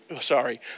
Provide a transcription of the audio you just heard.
Sorry